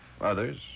others